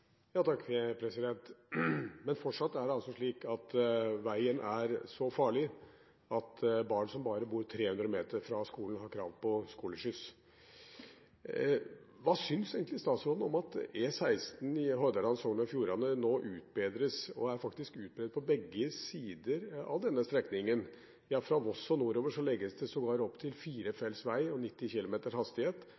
Men fortsatt er det slik at veien er så farlig at barn som bor bare 300 m fra skolen, har krav på skoleskyss. Hva syns egentlig statsråden om at E16 i Hordaland/Sogn og Fjordane nå utbedres, og faktisk er utbedret på begge sider av denne strekningen – fra Voss og nordover legges det sågar opp til